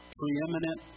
preeminent